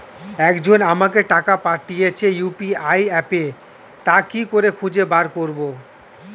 একজন আমাকে টাকা পাঠিয়েছে ইউ.পি.আই অ্যাপে তা কি করে খুঁজে বার করব?